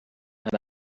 and